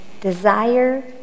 desire